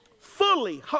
fully